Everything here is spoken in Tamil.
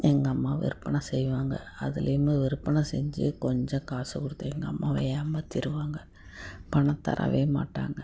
எங்கள் அம்மா விற்பனை செய்வாங்க அதுலையுமே விற்பனை செஞ்சு கொஞ்சம் காசு கொடுத்து எங்கள் அம்மாவை ஏமாற்றிருவாங்க பணம் தரவே மாட்டாங்க